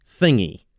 thingy